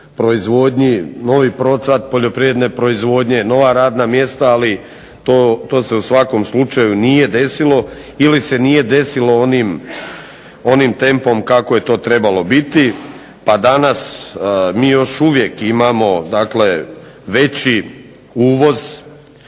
proizvodnji, novi procvat poljoprivredne proizvodnje, nova radna mjesta, ali to se u svakom slučaju nije desilo ili se nije desilo onim tempom kako je to trebalo biti, pa danas mi još uvijek imamo veći uvoz